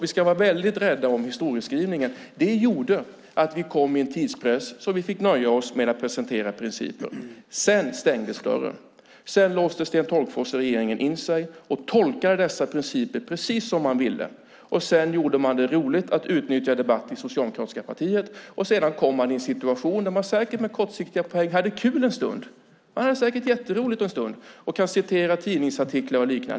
Vi ska vara rädda om historieskrivningen. Vi kom i en tidspress så att vi fick nöja oss med att presentera principer. Sedan stängdes dörren. Sedan låste Sten Tolgfors och regeringen in sig och tolkade dessa principer precis som man ville. Sedan gjorde man det roligt genom att utnyttja debatten i socialdemokratiska partiet, och sedan kom man in i en situation där man säkert med kortsiktiga poäng hade kul en stund med att citera tidningsartiklar och liknande.